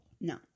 No